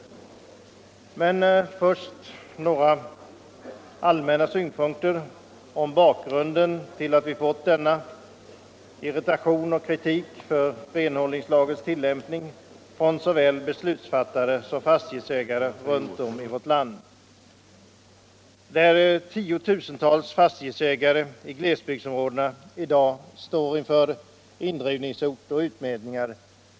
Men först några allmänna synpunkter på bakgrunden till att vi fått denna irritation och kritik på renhållningslagens tillämpning från såväl beslutsfattare som fastighetsägare runt om i vårt land. Det är tiotusentals fastighetsägare i glesbygdsområdena som i dag står inför indrivningshot och utmätningar.